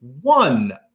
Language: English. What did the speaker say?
one